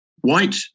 White